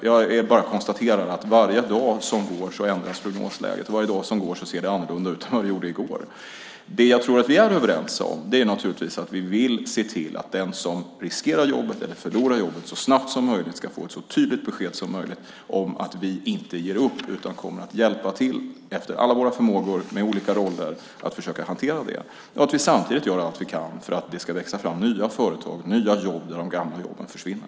Jag bara konstaterar att varje dag som går ändras prognosläget. Varje dag som går ser det annorlunda ut än det gjorde dagen innan. Det jag tror att vi är överens om är att vi naturligtvis vill se till att den som riskerar jobbet eller förlorar jobbet så snabbt som möjligt ska få ett så tydligt besked som möjligt om att vi inte ger upp. Vi kommer att hjälpa till efter alla våra förmågor och med olika roller försöka hantera det och samtidigt göra allt vi kan för att det ska växa fram nya företag och nya jobb där de gamla jobben försvinner.